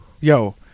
Yo